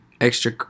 extra